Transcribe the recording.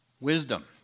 wisdom